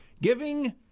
giving